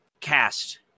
cast